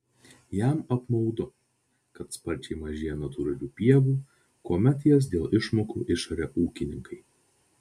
jam apmaudu kad sparčiai mažėja natūralių pievų kuomet jas dėl išmokų išaria ūkininkai